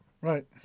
Right